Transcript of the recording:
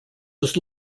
was